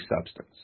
substance